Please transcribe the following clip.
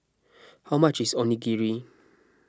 how much is Onigiri